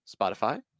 Spotify